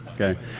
Okay